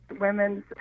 women's